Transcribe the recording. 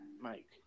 Mike